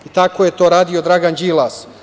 Tako je to radio Dragan Đilas.